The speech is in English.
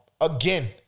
Again